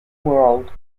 world